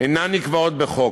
אינן נקבעות בחוק.